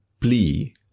plea